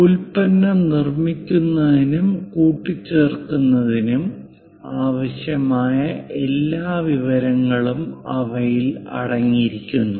ഉൽപ്പന്നം നിർമ്മിക്കുന്നതിനും കൂട്ടിച്ചേർക്കുന്നതിനും ആവശ്യമായ എല്ലാ വിവരങ്ങളും അവയിൽ അടങ്ങിയിരിക്കുന്നു